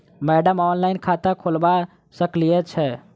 Madam online खाता खोलबा सकलिये छीयै?